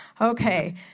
Okay